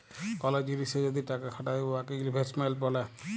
call জিলিসে যদি টাকা খাটায় উয়াকে ইলভেস্টমেল্ট ব্যলে